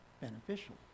beneficial